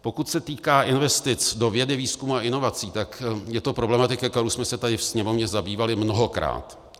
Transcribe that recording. Pokud se týká investic do vědy, výzkumu a inovací, tak je to problematika, kterou jsme se tady ve Sněmovně zabývali mnohokrát.